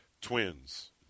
twins